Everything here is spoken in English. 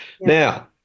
Now